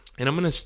and i'm gonna.